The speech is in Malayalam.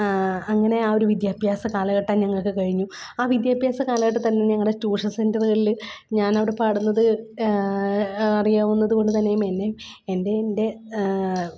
അങ്ങനെ ആ ഒരു വിദ്യാഭ്യാസ കാലഘട്ടം ഞങ്ങൾക്ക് കഴിഞ്ഞു ആ വിദ്യാഭ്യാസ കാലഘട്ടത്തിൽ ഞങ്ങളുടെ ടൂഷൻ സെൻറ്ററുകളിൽ ഞാനവിടെ പാടുന്നത് അറിയാവുന്നതുകൊണ്ട് തന്നെയും എന്നെ എൻ്റെ എൻ്റെ